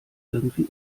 irgendwie